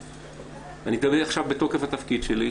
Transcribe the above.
אני מדבר עכשיו בתוקף התפקיד שלי,